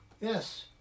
Yes